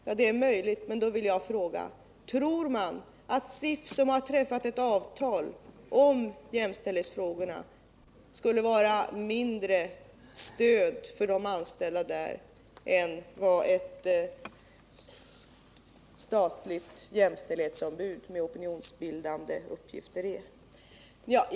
Ja, det är möjligt, men då vill jag fråga: Tror man att SIF, som har träffat ett avtal om jämställdhetsfrågorna, skulle vara ett mindre stöd för de anställda där än ett statligt jämställdhetsombud med opinionsbildande uppgifter?